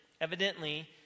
evidently